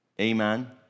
Amen